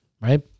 right